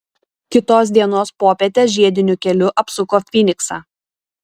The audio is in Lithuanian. kitos dienos popietę žiediniu keliu apsuko fyniksą